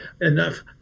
enough